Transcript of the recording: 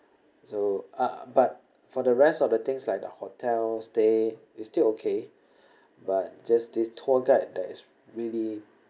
so uh but for the rest of the things like the hotel stay it's still okay but just this tour guide that is really